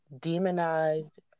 demonized